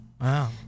Wow